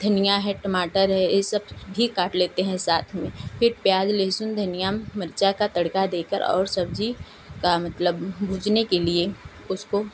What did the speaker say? धनियाँ है टमाटर है ये सब भी काट लेते हैं साथ में फिर प्याज लहसुन धनियाँ मिर्चा का तड़का देकर और सब्जी का मतलब भूजने के लिए उसको